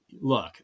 look